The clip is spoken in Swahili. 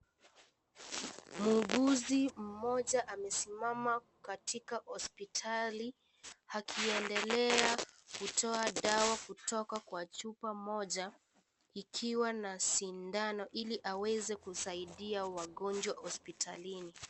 Muuguzi mmoja, amesimama katika hospitali akiendelea kutoa dawa kutoka kwa chupa moja, ikiwa na sindano, ili aweze kusaidia wagonjwa hospitalini.